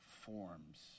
forms